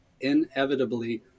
inevitably